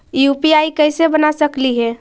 UPI कैसे बना सकली हे?